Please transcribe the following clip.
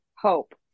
hope